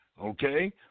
Okay